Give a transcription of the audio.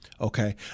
okay